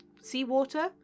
seawater